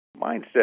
Mindset